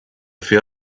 fear